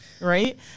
Right